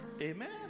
amen